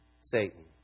Satan